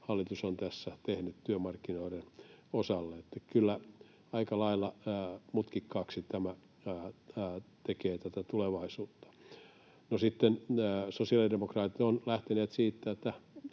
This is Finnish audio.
hallitus on tässä tehnyt työmarkkinoiden osalle. Että kyllä aika lailla mutkikkaaksi tämä tekee tätä tulevaisuutta. No, sitten sosiaalidemokraatit ovat lähteneet siitä,